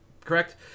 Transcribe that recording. correct